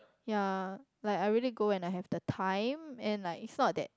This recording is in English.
ya like I really go when I have the time and like it's not that